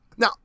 Now